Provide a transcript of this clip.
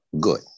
Good